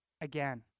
again